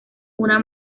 una